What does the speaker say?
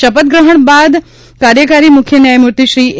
શપથ ગ્રહણ કર્યા બાદ કાર્યકારી મુખ્ય ન્યાયમૂર્તિશ્રી એ